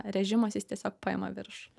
režimas jis tiesiog paima viršų